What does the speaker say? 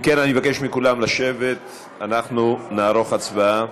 נקיים הצבעה.